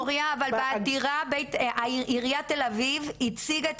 מוריה אבל בעתירה עיריית תל אביב הציגה את